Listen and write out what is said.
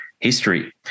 history